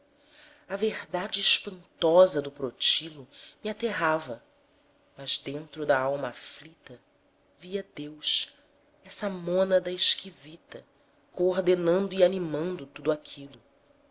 a verdade espantosa do protilo me aterrava mas dentro da alma aflita via deus essa mônada esquisita coordenando e animando tudo aquilo